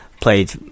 played